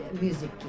music